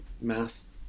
mass